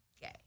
gay